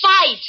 fight